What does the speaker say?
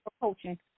coaching